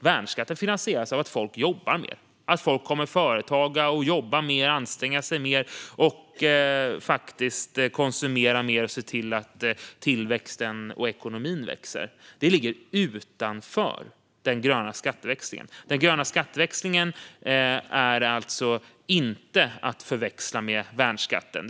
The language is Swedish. Värnskatten finansieras av att folk jobbar mer och av att folk kommer att företaga mer, anstränga sig mer och faktiskt konsumera mer, vilket kommer att gynna tillväxten och göra att ekonomin växer. Det ligger utanför den gröna skatteväxlingen. Den gröna skatteväxlingen är alltså inte att förväxla med värnskatten.